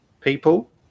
people